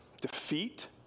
Defeat